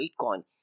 Bitcoin